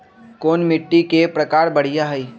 कोन मिट्टी के प्रकार बढ़िया हई?